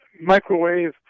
microwave